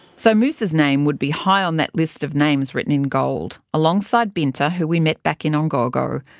so musa's name would be high on that list of names written in gold, alongside binta who we met back in ungogo.